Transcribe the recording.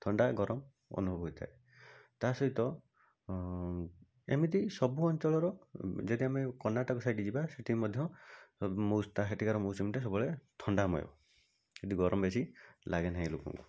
ଥଣ୍ଡା ଗରମ ଅନୁଭବ ହୋଇଥାଏ ତା'ସହିତ ଏମିତି ସବୁ ଅଞ୍ଚଳର ଯଦି ଆମେ କର୍ଣ୍ଣାଟକ ସାଇଡ଼୍ ଯିବା ସେଇଠି ମଧ୍ୟ ସେଠିକାର ମୌସମଟା ସବୁବେଳେ ଥଣ୍ଡାମୟ ସେଠି ଗରମ ବେଶୀ ଲାଗେ ନାହିଁ ଲୋକଙ୍କୁ